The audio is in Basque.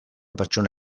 pertsona